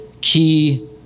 key